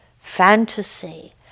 fantasy